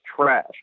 trash